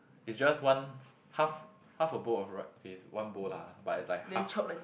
is just one half half a bowl of rice okay is one bowl lah but is half